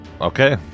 Okay